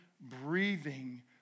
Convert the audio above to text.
breathing